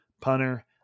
punter